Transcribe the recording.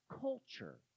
culture